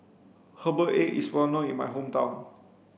herbal egg is well known in my hometown